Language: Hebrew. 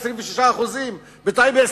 26%; בטייבה,